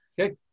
Okay